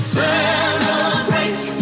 celebrate